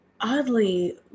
oddly